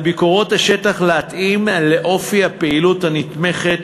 על ביקורות השטח להתאים לאופי הפעילות הנתמכת